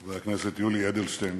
חבר הכנסת יולי אדלשטיין,